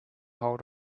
hold